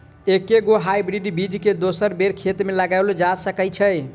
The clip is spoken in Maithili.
एके गो हाइब्रिड बीज केँ दोसर बेर खेत मे लगैल जा सकय छै?